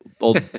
old